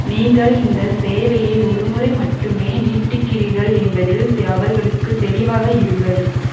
நீங்கள் இந்த சேவையை ஒரு முறை மட்டுமே நீட்டிக்கிறீர்கள் என்பதில் அவர்களுக்கு தெளிவாக இருங்கள்